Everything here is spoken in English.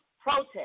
protest